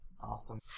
Awesome